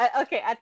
okay